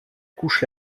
couche